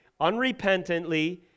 unrepentantly